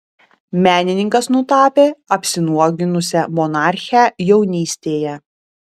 menininkas nutapė apsinuoginusią monarchę jaunystėje